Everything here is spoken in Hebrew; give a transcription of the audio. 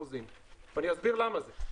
ואני אסביר למה זה,